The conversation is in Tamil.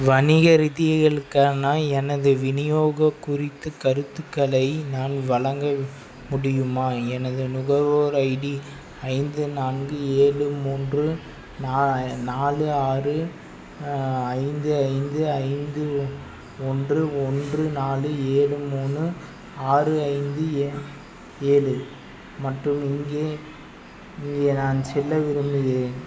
வணிக ரீதிகளுக்கான எனது விநியோக குறித்து கருத்துக்களை நான் வழங்க முடியுமா எனது நுகர்வோர் ஐடி ஐந்து நான்கு ஏழு மூன்று நா நாலு ஆறு ஐந்து ஐந்து ஐந்து ஒன்று ஒன்று நாலு ஏழு மூணு ஆறு ஐந்து ஏ ஏழு மற்றும் இங்கே இங்கே நான் சொல்ல விரும்புகிறேன்